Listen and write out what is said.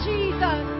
Jesus